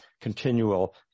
continual